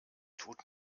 tut